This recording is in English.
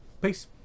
Peace